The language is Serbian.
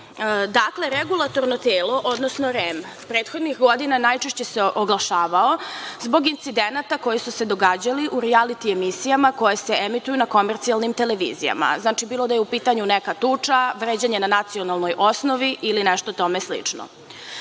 čega. Dakle, regulatorno telo, odnosno REM prethodnih godina najčešće se oglašavao zbog incidenata koji su se događali u rijaliti emisijama koje se emituju na komercijalnim televizijama. Znači, bilo da je u pitanju neka tuča, vređanje na nacionalnoj osnovi ili nešto tome